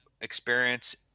experience